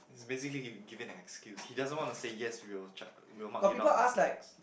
he is basically he giving an excuse he doesn't want to say yes we will check we will mark you down on syntax